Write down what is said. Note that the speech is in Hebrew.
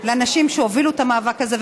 לנשים שהובילו את המאבק הזה,